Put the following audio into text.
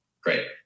Great